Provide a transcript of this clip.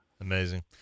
Amazing